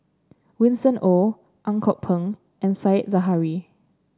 Winston Oh Ang Kok Peng and Said Zahari